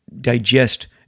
digest